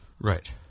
right